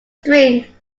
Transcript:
string